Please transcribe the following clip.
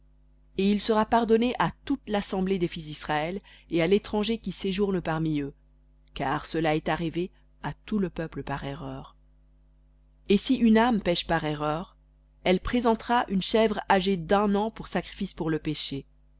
et il sera pardonné à toute l'assemblée des fils d'israël et à l'étranger qui séjourne parmi eux car à tout le peuple par erreur et si une âme pèche par erreur elle présentera une chèvre âgée d'un an pour sacrifice pour le péché